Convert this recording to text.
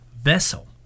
vessel